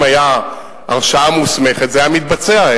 אם היתה הרשאה מוסמכת זה היה מתבצע.